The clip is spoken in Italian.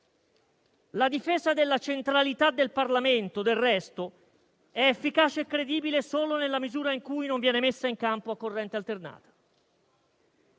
La difesa della centralità del Parlamento, del resto, è efficace e credibile solo nella misura in cui non viene messa in campo a corrente alternata.